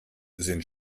sind